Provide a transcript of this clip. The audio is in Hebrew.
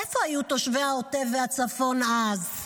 איפה היו תושבי העוטף והצפון אז?